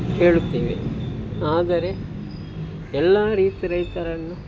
ಹೇಳುತ್ತೇವೆ ಆದರೆ ಎಲ್ಲ ರೀತಿ ರೈತರನ್ನು